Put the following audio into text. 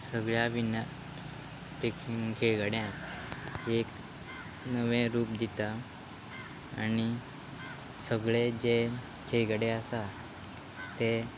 सगळ्या विनस् टेकींग खेळगड्यांक एक नवे रूप दिता आनी सगळे जे खेळगडे आसा ते